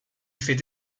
fait